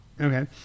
Okay